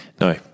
No